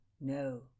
No